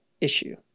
issue